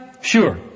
sure